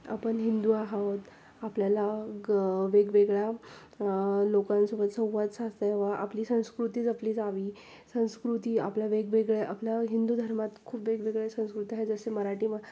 आपण हिंदू आहोत आपल्याला ग वेगवेगळ्या लोकांसोबत संवाद साचता यावा आपली संस्कृती जपली जावी संस्कृती आपल्या वेगवेगळ्या आपल्या हिंदू धर्मात खूप वेगवेगळे संस्कृती आहेत जसे मराठीम